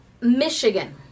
Michigan